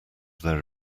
their